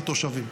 לתושבים.